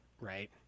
right